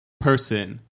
person